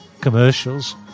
commercials